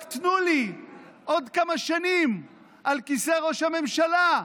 רק תנו לי עוד כמה שנים על כיסא ראש הממשלה,